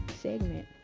segment